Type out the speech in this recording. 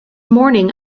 morning